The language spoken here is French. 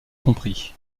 compris